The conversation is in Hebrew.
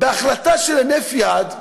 בהחלטה של הינף יד.